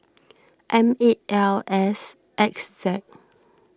M eight L S X Z